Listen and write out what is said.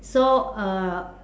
so uh